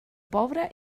pobre